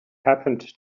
happened